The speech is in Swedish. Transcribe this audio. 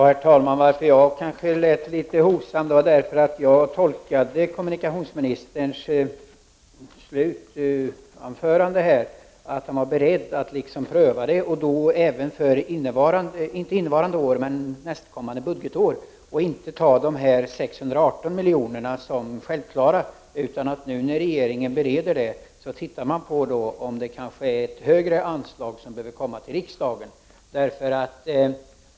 Herr talman! Att jag kanske lät litet hovsam berodde på att jag tolkade kommunikationsministerns förra inlägg så, att han var beredd att pröva detta även för nästkommande budgetår och inte ta de 618 miljonerna som självklara och att regeringen, när den nu gör sin beredning, ser om förslaget som skall läggas fram i riksdagen behöver innehålla ett större anslag.